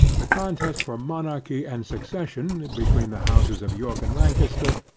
the contest for monarchy and succession, between the houses of york and lancaster,